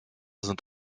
sind